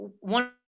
one